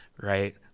right